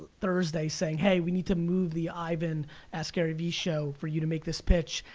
thursday, saying hey, we need to move the ivan askgaryvee show for you to make this pitch.